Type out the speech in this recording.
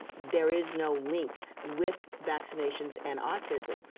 there is no link with vaccinations and autism.